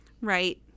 right